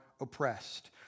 oppressed